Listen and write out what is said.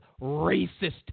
racist